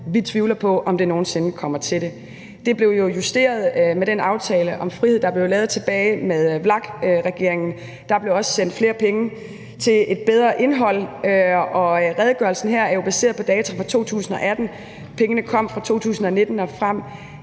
vi tvivler på, om det nogen sinde kommer til det. Det blev jo justeret med den aftale om frihed, der blev lavet tilbage med VLAK-regeringen, og der blev også sendt flere penge til et bedre indhold. Redegørelsen er jo baseret på data fra 2018, pengene kom fra 2019 og frem,